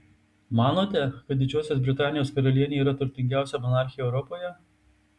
manote kad didžiosios britanijos karalienė yra turtingiausia monarchė europoje